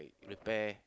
repair